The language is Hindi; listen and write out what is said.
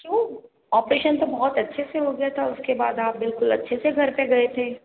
क्यों ऑपरेशन तो बहुत अच्छे से हो गया था उसके बाद आप बिल्कुल अच्छे से घर पे गए थे